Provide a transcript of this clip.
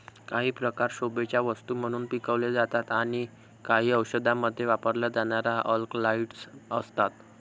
काही प्रकार शोभेच्या वस्तू म्हणून पिकवले जातात आणि काही औषधांमध्ये वापरल्या जाणाऱ्या अल्कलॉइड्स असतात